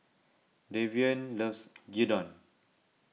Davion loves Gyudon